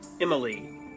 Emily